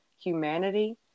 humanity